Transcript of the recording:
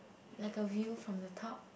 like a view from the top